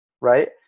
Right